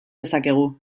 dezakegu